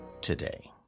today